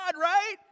right